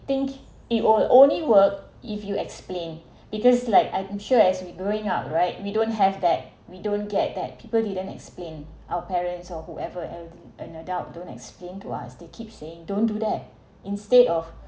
think it will only work if you explain because like I'm sure as we growing up right we don't have that we don't get that people didn't explain our parents or whoever and and adult don't explain to us they keep saying don't do that instead of